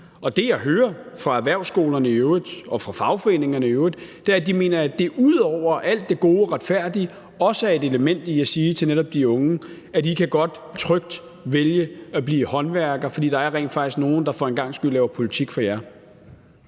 Og det, jeg hører fra erhvervsskolerne i øvrigt og fra fagforeningerne i øvrigt, er, at de mener, at det ud over alt det gode og retfærdige også er et element i at sige til netop de unge: I kan trygt vælge at blive håndværkere, for der er rent faktisk nogle, der for en gangs skyld laver politik for jer.